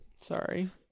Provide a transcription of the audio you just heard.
Sorry